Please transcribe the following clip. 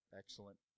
excellent